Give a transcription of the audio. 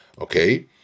Okay